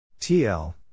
TL